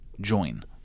join